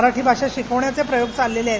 मराठी भाषा शिकविण्याचे प्रयोग चाललेले आहेत